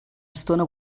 estona